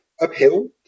uphill